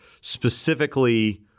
specifically